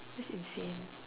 that's insane